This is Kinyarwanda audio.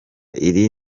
iri